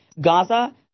Gaza